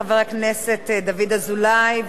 חבר הכנסת דוד אזולאי,